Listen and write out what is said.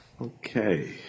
Okay